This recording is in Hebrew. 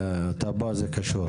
אתה בא, זה קשור.